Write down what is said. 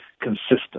consistent